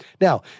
Now